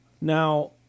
Now